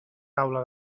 taula